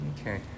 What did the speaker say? Okay